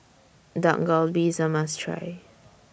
Dak Galbi IS A must Try